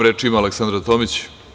Reč ima Aleksandra Tomić.